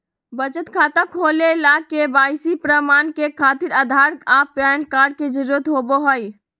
बचत खाता खोले ला के.वाइ.सी प्रमाण के खातिर आधार आ पैन कार्ड के जरुरत होबो हइ